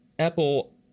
Apple